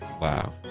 Wow